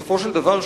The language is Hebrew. בסופו של דבר,